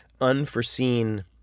unforeseen